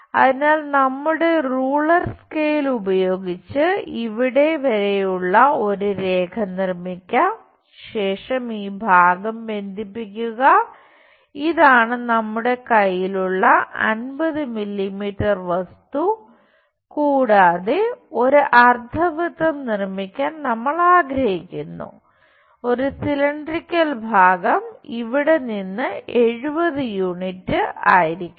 അതിനാൽ നമ്മുടെ ruler scale ആയിരിക്കണം